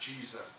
Jesus